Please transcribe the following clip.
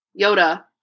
Yoda